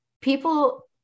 people